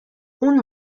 اون